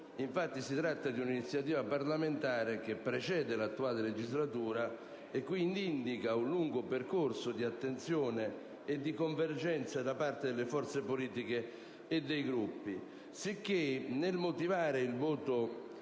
tratta infatti di un'iniziativa parlamentare che precede l'attuale legislatura; ciò indica un lungo percorso di attenzione e di convergenza da parte delle forze politiche e dei Gruppi. Sicché, nel motivare il voto